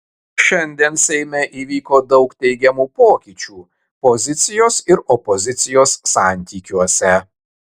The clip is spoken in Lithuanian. šiandien seime įvyko daug teigiamų pokyčių pozicijos ir opozicijos santykiuose